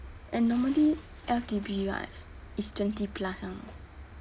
and normally L_T_B right is twenty plus [one]